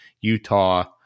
Utah –